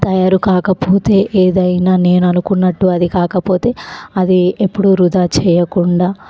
తయారుకాకపోతే ఏదైనా నేను అనుకున్నట్టు అది కాకపోతే అది ఎప్పుడు వృధా చెయ్యకుండా